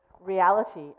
reality